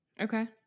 Okay